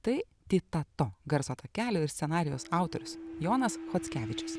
tai titato garso takelio ir scenarijaus autorius jonas chockevičius